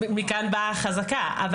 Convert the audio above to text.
מכאן באה החזקה.